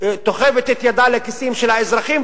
תוחבת את ידה לכיסים של האזרחים,